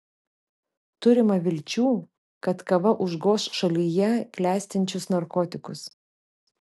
turima vilčių kad kava užgoš šalyje klestinčius narkotikus